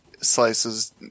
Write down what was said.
slices